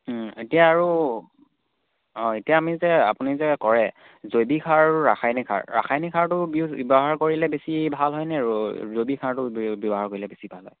এতিয়া আৰু অঁ এতিয়া আমি যে আপুনি যে কৰে জৈৱিক সাৰ আৰু ৰাসায়নিক সাৰ ৰাসায়নিক সাৰটো ব্যৱহাৰ কৰিলে বেছি ভাল হয়নে জৈৱিক সাৰটো ব্যৱহাৰ কৰিলে বেছি ভাল হয়